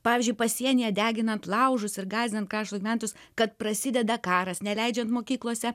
pavyzdžiui pasienyje deginant laužus ir gąsdinant krašto gyventojus kad prasideda karas neleidžiant mokyklose